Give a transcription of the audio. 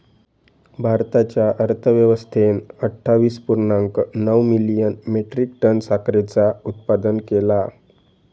भारताच्या अर्थव्यवस्थेन अट्ठावीस पुर्णांक नऊ मिलियन मेट्रीक टन साखरेचा उत्पादन केला